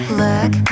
look